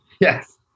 Yes